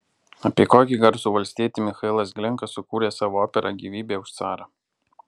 apie kokį garsų valstietį michailas glinka sukūrė savo operą gyvybė už carą